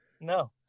No